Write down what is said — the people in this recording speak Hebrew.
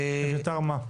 אביתר מה?